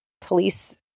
police